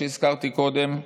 שהזכרתי קודם,